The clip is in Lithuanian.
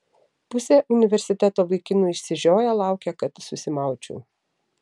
pusė universiteto vaikinų išsižioję laukia kad susimaučiau